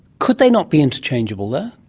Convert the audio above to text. could they not be interchangeable though?